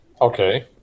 Okay